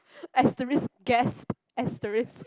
asterisk gasp asterisk